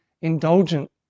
indulgent